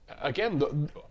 again